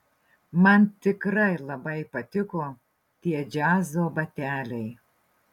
man tikrai labai patiko tie džiazo bateliai